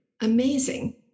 Amazing